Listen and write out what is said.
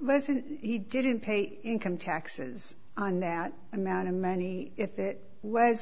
wasn't he didn't pay income taxes on that amount of money if it was